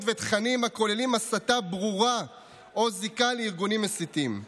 ותכנים הכוללים הסתה ברורה או זיקה לארגונים מסיתים.